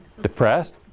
depressed